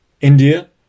India